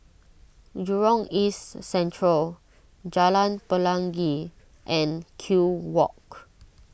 Jurong East Central Jalan Pelangi and Kew Walk